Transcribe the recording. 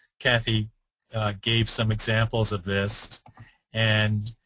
kathy gave some examples of this and